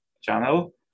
channel